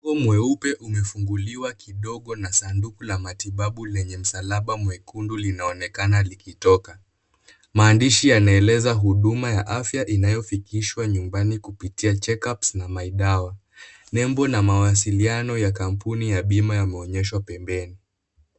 Mlango mweupe umefunguliwa kidogo na sanduku la matibabu lenye msalaba mwekundu linaonekana likitoka. Maandishi yanaonyesha huduma ya afya inayofikishwa nyumbani kupitia check ups na my dawa, nembo na mawasiliono ya kampuni ya bima yameonyeshwa pembeni.